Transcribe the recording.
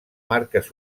marques